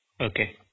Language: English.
Okay